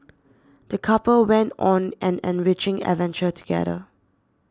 the couple went on an enriching adventure together